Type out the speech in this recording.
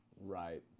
Right